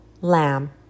Lamb